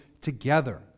together